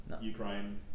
ukraine